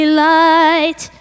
light